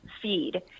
feed